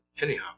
anyhow